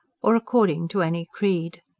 or according to any creed.